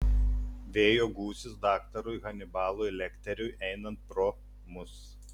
vėjo gūsis daktarui hanibalui lekteriui einant pro mus